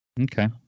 Okay